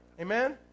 Amen